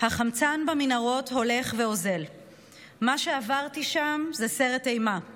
"החמצן במנהרות הולך ואוזל"; "מה שעברתי שם זה סרט אימה";